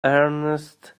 ernest